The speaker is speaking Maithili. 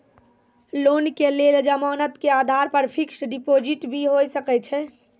लोन के लेल जमानत के आधार पर फिक्स्ड डिपोजिट भी होय सके छै?